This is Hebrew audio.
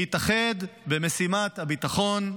להתאחד במשימת הביטחון,